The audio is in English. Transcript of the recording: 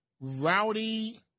rowdy